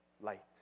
light